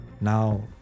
now